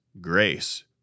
grace